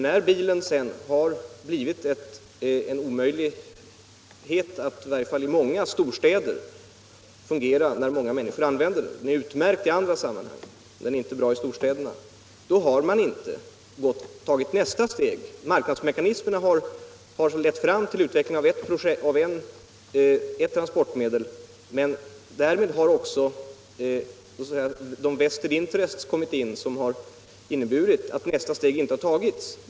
När det sedan i varje fall i många storstäder blivit omöjligt att få biltrafiken att fungera — den är utmärkt i andra sammanhang, men inte i storstäderna - har man inte fortsatt och tagit nästa steg. Marknadsmekanismerna har lett fram till utvecklingen av ett transportmedel, men därmed har också ”vested interests” kommit in i bilden vilket har lett till att nästa steg inte tagits.